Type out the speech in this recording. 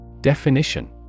Definition